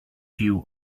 view